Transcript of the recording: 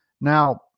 now